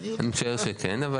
אני משער שכן.